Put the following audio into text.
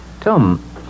Tom